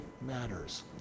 matters